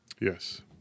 Yes